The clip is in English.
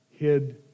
Hid